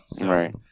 Right